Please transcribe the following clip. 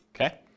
okay